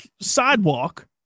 sidewalk